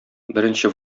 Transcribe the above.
беренче